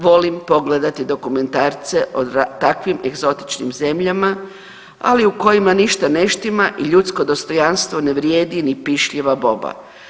Volim pogledati dokumentarce o takvim egzotičnim zemljama ali u kojima ništa ne štima i ljudsko dostojanstvo ne vrijedi ni pišljiva boba.